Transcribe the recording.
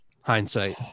Hindsight